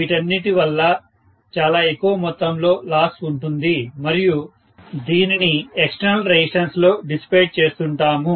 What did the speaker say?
వీటన్నింటి వల్లా చాలా ఎక్కువ మొత్తము లో లాస్ ఉంటుంది మరియు దీనిని ఎక్స్టర్నల్ రెసిస్టెన్స్ లో డిసిపేట్ చేస్తుంటాము